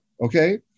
Okay